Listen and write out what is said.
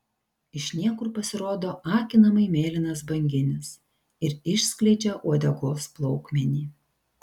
iš niekur pasirodo akinamai mėlynas banginis ir išskleidžia uodegos plaukmenį